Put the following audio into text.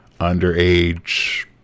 underage